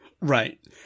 Right